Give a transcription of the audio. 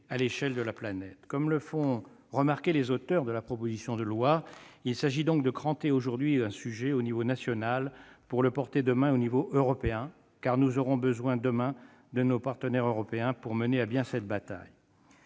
à l'échelle de la planète. Comme le font remarquer les auteurs de la proposition de loi, il s'agit donc de « cranter » aujourd'hui un sujet au niveau national pour le porter demain au plan européen. Car nous aurons besoin de nos partenaires européens pour mener à bien cette bataille.